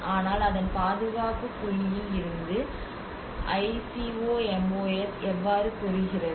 ஆனால் அதன் பாதுகாப்பு புள்ளியில் இருந்து ஐகோமோஸ் எவ்வாறு கூறுகிறது